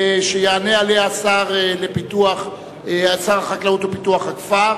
שיענה עליה שר החקלאות ופיתוח הכפר,